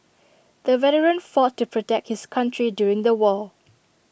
the veteran fought to protect his country during the war